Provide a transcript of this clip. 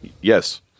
yes